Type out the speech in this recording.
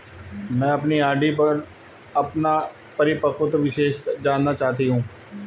मैं अपनी आर.डी पर अपना परिपक्वता निर्देश जानना चाहती हूँ